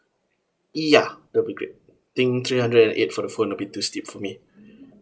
ya that'll be great think three hundred and eight for the phone a bit too stiff for me